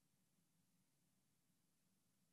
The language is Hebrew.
מה למים בבריכה, זה במסגרת תפקידו?